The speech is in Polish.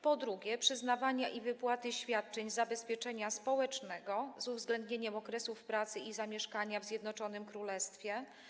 Po drugie, przyznawania i wypłaty świadczeń zabezpieczenia społecznego z uwzględnieniem okresów pracy i zamieszkania w Zjednoczonym Królestwie.